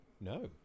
no